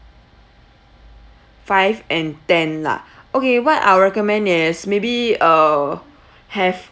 five and ten lah okay what I will recommend is maybe uh have